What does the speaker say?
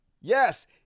Yes